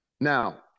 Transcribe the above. Now